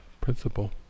principle